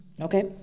Okay